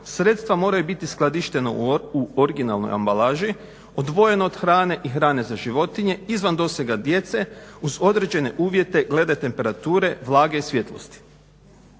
Sredstva moraju biti skladištena u originalnoj ambalaži, odvojena od hrane i hrane za životinje, izvan dosega djece, uz određene uvjete glede temperature, vlage i svjetlosti.